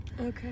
Okay